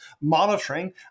monitoring